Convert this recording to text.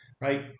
right